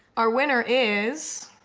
our winner is.